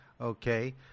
okay